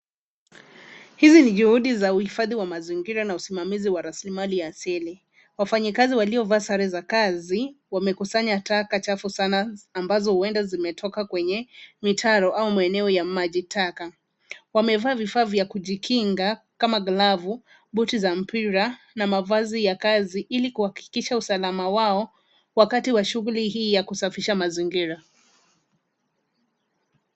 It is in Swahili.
Hizi ni juhudi za uhifadhi wa mazingira na usimamizi wa rasilimali . Wafanyikazi waliovaa sare za kazi wamekusanya taka chafu sana ambazo huenda zimetoka kwenye mitaro au maeneo ya maji taka. Wamevaa vifaa vya kujikinga kama glavu, buti za mpira na mavazi ya kazi ili kuhakikisha usalama wao wakati wa shughuli hii ya kusafisha mazingira.